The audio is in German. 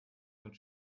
mit